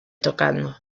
tocando